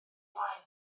blaen